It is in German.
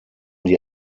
die